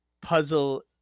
puzzle